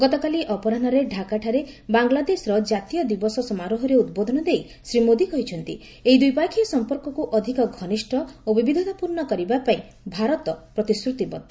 ଗତକାଲି ଅପରାହ୍ନରେ ଢାକାଠାରେ ବାଂଲାଦେଶର ଜାତୀୟ ଦିବସ ସମାରୋହରେ ଉଦ୍ବୋଧନ ଦେଇ ଶ୍ରୀ ମୋଦୀ କହିଛନ୍ତି ଏହି ଦ୍ୱିପକ୍ଷୀୟ ସମ୍ପର୍କକୁ ଅଧିକ ଘନିଷ୍ଠ ଓ ବିବିଧତାପୂର୍ଣ୍ଣ କରିବା ପାଇଁ ଭାରତ ପ୍ରତିଶ୍ରତିବଦ୍ଧ